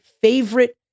favorite